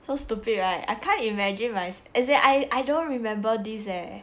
so stupid right I can't imagine as in I I don't remember this eh